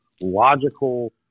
logical